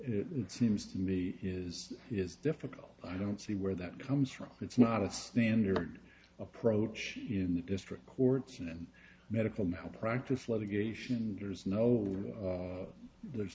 it seems to me is is difficult i don't see where that comes from it's not a standard approach in the district courts and medical malpractise litigation there is no one there's